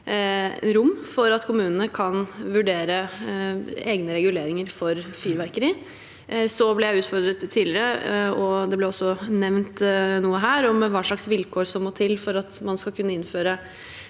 for at kommunene kan vurdere egne reguleringer for fyrverkeri. Så ble jeg utfordret tidligere, og det ble også nevnt noe her, angående hva slags vilkår som må til for at man skal kunne innføre